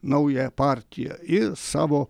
nauja partija ir savo